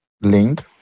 link